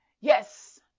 yes